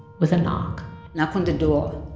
with a knock knock on the door,